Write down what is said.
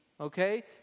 okay